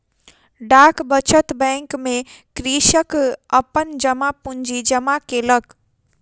डाक बचत बैंक में कृषक अपन जमा पूंजी जमा केलक